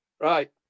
Right